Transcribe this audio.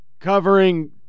covering